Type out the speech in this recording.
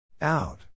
Out